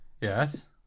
Yes